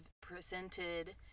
presented